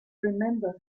remember